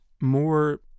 more